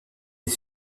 est